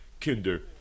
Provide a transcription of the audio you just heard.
kinder